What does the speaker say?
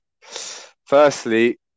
Firstly